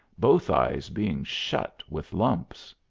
both eyes being shut with lumps.